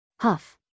Huff